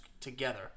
together